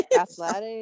Athletic